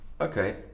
Okay